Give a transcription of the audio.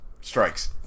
Strikes